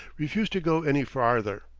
refused to go any farther.